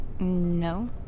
No